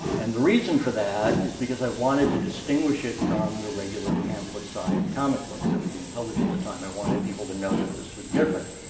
and the reason for that is because i wanted to distinguish it from the regular pamphlet-sized comic books that were being published at the time. i wanted people to know that this was different.